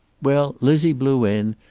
well, lizzie blew in,